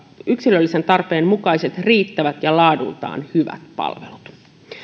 yksilöllisen tarpeen mukaiset riittävät ja laadultaan hyvät palvelut